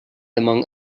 among